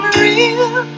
real